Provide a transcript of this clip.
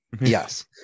yes